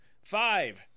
Five